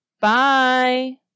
Bye